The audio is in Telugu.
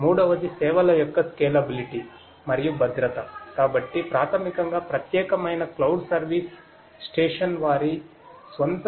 మూడవది సేవల యొక్క స్కేలబిలిటి ఆధారిత సేవ